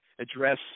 Address